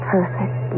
Perfect